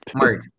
Mark